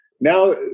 now